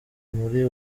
muri